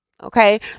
Okay